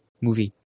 movie